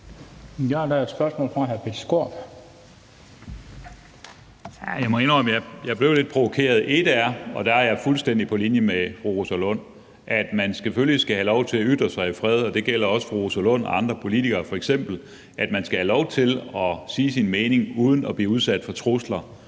Jeg må indrømme, at jeg blev lidt provokeret. Et er, og der er jeg fuldstændig på linje med fru Rosa Lund, at man selvfølgelig skal have lov til at ytre sig i fred, og det gælder også fru Rosa Lund og andre politikere, og man skal f.eks. have lov til at sige sin mening uden at blive udsat for trusler,